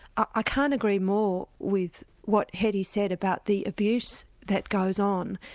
i can't agree more with what hetty said about the abuse that goes on.